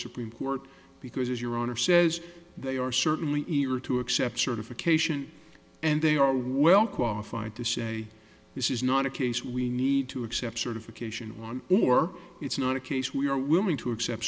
supreme court because your honor says they are certainly easier to accept certification and they are well qualified to say this is not a case we need to accept certification one or it's not a case we are willing to accept